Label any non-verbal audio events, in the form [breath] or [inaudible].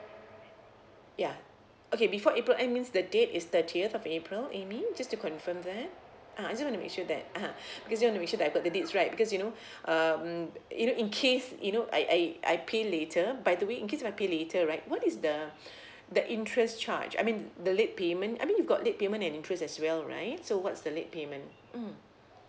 ya okay before april eh means the date is thirtieth of april amy just to confirm that ah I just want to make sure that a'ah [breath] because I just want to make sure that I got the dates right because you know [breath] um you know in case you know I I I pay later by doing in case if I pay later right what is the [breath] the interest charge I mean the late payment I mean you've got late payment and interest as well right so what's the late payment mm